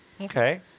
Okay